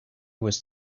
was